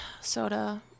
soda